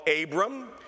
Abram